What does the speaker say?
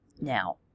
Now